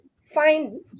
find